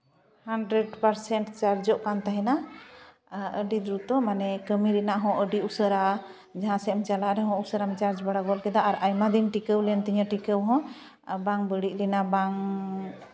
hundred percent ᱪᱟᱨᱡᱚᱜ ᱠᱟᱱ ᱛᱟᱦᱮᱱᱟ ᱟᱹᱰᱤ ᱫᱨᱩᱛᱚ ᱢᱟᱱᱮ ᱠᱟᱹᱢᱤ ᱨᱮᱱᱟᱜ ᱦᱚᱸ ᱟᱹᱰᱤ ᱩᱥᱟᱹᱨᱟ ᱡᱟᱦᱟᱸ ᱥᱮᱫ ᱮᱢ ᱪᱟᱞᱟᱜ ᱨᱮᱦᱚᱸ ᱩᱥᱟᱹᱨᱟᱢ ᱪᱟᱨᱡᱽ ᱵᱟᱲᱟ ᱜᱚᱫ ᱠᱮᱫᱟ ᱟᱨ ᱟᱭᱢᱟ ᱫᱤᱱ ᱴᱤᱠᱟᱹᱣ ᱞᱮᱱᱛᱤᱧᱟᱹ ᱴᱤᱠᱟᱹᱣ ᱦᱚᱸ ᱵᱟᱝ ᱵᱟᱹᱲᱤᱡ ᱞᱮᱱᱟ ᱵᱟᱝ